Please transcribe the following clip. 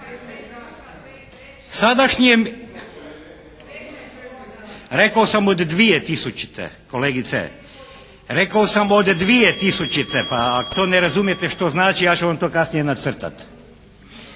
ne čuje./… Rekao sam od 2000. kolegice. Rekao sam od 2000. pa ako to ne razumijete što znači, ja ću vam to kasnije nacrtati.